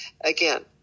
again